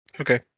Okay